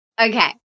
Okay